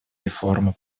реформу